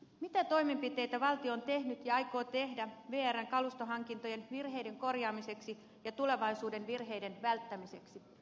mitä toimenpiteitä valtio on tehnyt ja aikoo tehdä vrn kalustohankintojen virheiden korjaamiseksi ja tulevaisuuden virheiden välttämiseksi